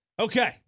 Okay